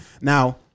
Now